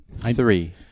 three